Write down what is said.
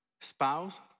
spouse